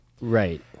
Right